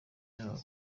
yabo